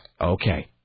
Okay